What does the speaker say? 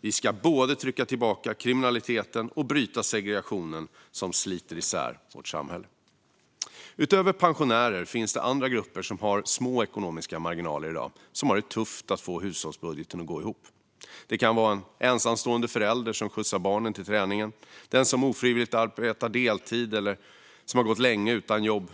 Vi ska både trycka tillbaka kriminaliteten och bryta segregationen som sliter isär vårt samhälle. Utöver pensionärer finns det även andra grupper som i dag har små ekonomiska marginaler och har det tufft när det gäller att få hushållsbudgeten att gå ihop. Det kan vara den ensamstående föräldern som skjutsar barnen till träningen eller den som ofrivilligt arbetar deltid eller länge har gått utan jobb.